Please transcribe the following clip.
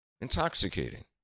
Intoxicating